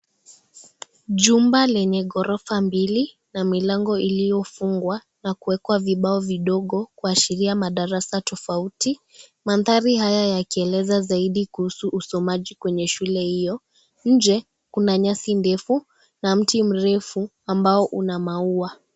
Jumba lenye ghorofa mbili, na milango iliyofungwa na kuwekwa vibao vidogo kuashiria madarasa tofauti. Mandhari haya yakieleza zaidi kuhusu usomaji kwenye shule hiyo. Nje kuna nyasi ndefu, na mti mrefu ambao una maua.